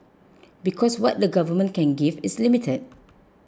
because what the government can give is limited